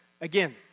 again